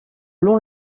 long